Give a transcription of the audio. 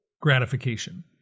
gratification